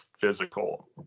physical